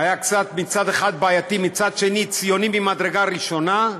היה מצד אחד בעייתי ומצד שני ציוני ממדרגה ראשונה,